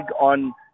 on